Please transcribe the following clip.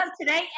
today